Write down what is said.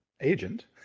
agent